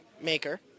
maker